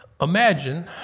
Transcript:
Imagine